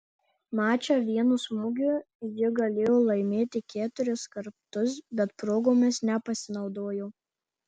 mačą vienu smūgiu ji galėjo laimėti keturis kartus bet progomis nepasinaudojo